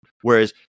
whereas